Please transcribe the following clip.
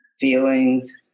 feelings